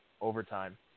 overtime